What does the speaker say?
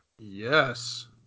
Yes